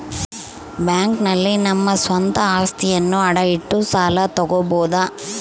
bank ನಲ್ಲಿ ನಮ್ಮ ಸ್ವಂತ ಅಸ್ತಿಯನ್ನ ಅಡ ಇಟ್ಟು ಸಾಲ ತಗೋಬೋದು